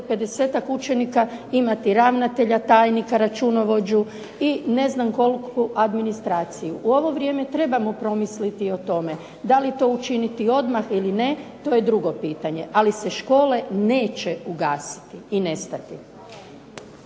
50-ak učenika imati ravnatelja, tajnika, računovođu i ne znam koliku administraciju. U ovo vrijeme trebamo promisliti i o tome. Da li to učiniti odmah ili ne, to je drugo pitanje, ali se škole neće ugasiti i nestati.